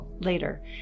later